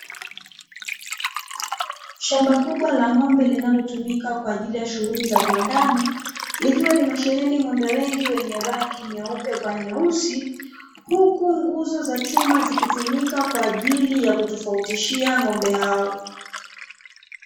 Shamba kubwa la ng'ombe linalotumika kwajili ya shughuli za viwandani, likiwa limesheheni ng'ombe wengi wa rangi nyeupe kwa nyeusi, huku nguzo za chuma zikitumika kwa ajili ya kutofautishia ng'ombe hao.